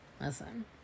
Listen